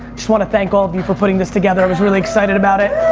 just wanna thank all of you for putting this together, i was really excited about it.